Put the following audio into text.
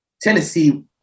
Tennessee